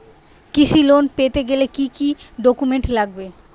কৃষি লোন পেতে গেলে কি কি ডকুমেন্ট লাগবে?